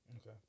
Okay